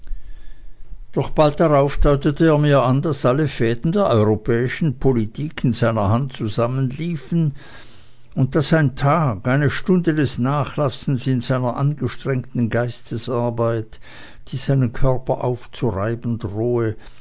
doch bald darauf deutete er mir an daß alle fäden der europäischen politik in seiner hand zusammenliefen und daß ein tag eine stunde des nachlasses in seiner angestrengten geistesarbeit die seinen körper aufzureiben drohe